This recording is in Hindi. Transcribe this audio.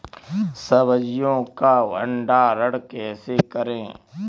सब्जियों का भंडारण कैसे करें?